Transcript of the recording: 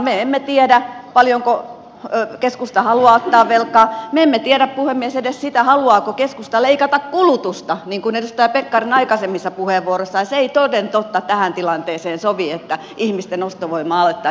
me emme tiedä paljonko keskusta haluaa ottaa velkaa me emme tiedä puhemies edes sitä haluaako keskusta leikata kulutusta niin kuin edustaja pekkarinen aikaisemmissa puheenvuoroissaan ja se ei toden totta tähän tilanteeseen sovi että ihmisten ostovoimaa alettaisiin leikata